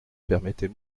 permettez